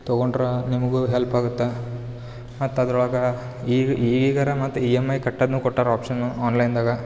ತಗೊಂಡ್ರೆ ನಿಮ್ಗು ಹೆಲ್ಪ್ ಆಗುತ್ತೆ ಮತ್ತು ಅದ್ರೊಳಗೆ ಈಗ ಈಗಿಗರೆ ಮತ್ತು ಇ ಎಮ್ ಐ ಕಟ್ಟೋದು ಕೊಟ್ಟಾರೆ ಆಪ್ಷನ್ನು ಆನ್ಲೈನ್ದಾಗ